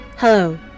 Hello